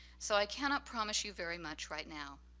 so i cannot promise you very much right now.